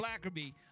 Blackerby